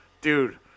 dude